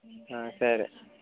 సరే